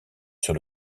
sur